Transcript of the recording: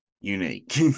unique